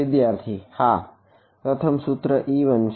વિદ્યાર્થી હા પ્રથમ સૂત્ર e1 છે